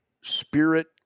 spirit